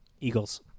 Eagles